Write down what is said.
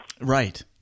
right